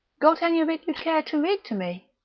got any of it you care to read to me.